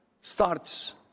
starts